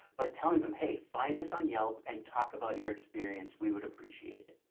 but telling them, hey, find us on yelp and talk about your experience. we would appreciate it.